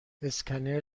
اسکنر